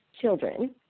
children